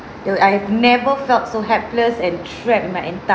you I've never felt so helpless and stress in my entire